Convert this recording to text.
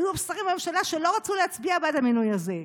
היו שרים בממשלה שלא רצו להצביע בעד המינוי הזה.